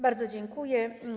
Bardzo dziękuję.